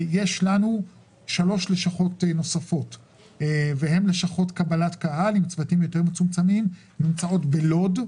יש לנו שלוש לשכות נוספות של קבלת קהל שנמצאות בלוד,